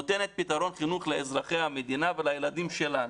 נותנת פתרון חינוך לאזרחי המדינה ולילדים שלנו.